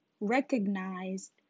recognized